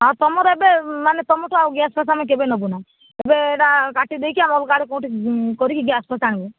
ହଁ ତୁମର ଏବେ ମାନେ ତୁମଠୁ ଆଉ ଗ୍ୟାସ ଫ୍ୟାସ ଆମେ ଆଉ କେବେ ନେବୁନୁ ଏବେ ଏଇଟା କାଟି ଦେଇକି ଆମେ ଅଲ୍ଗା ଆଡ଼େ କେଉଁଠି କରିକି ଗ୍ୟାସ ଫ୍ୟାସ ଆଣିବୁ